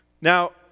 Now